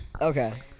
Okay